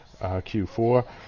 Q4